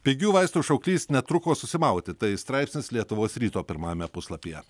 pigių vaistų šauklys netruko susimauti tai straipsnis lietuvos ryto pirmajame puslapyje